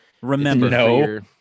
Remember